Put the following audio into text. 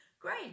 great